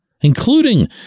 including